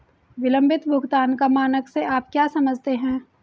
विलंबित भुगतान का मानक से आप क्या समझते हैं?